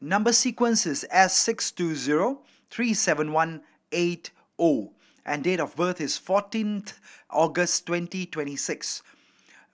number sequence is S six two zero three seven one eight O and date of birth is fourteenth August twenty twenty six